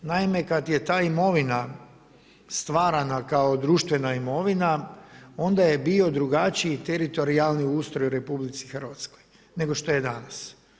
Naime, kad je ta imovina stvarana kao društvena imovina, onda je bio drugačiji teritorijalni ustroj u RH nego što je danas.